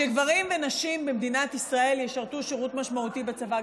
שגברים ונשים במדינת ישראל ישרתו שירות משמעותי בצבא.